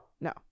No